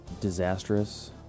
disastrous